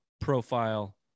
profile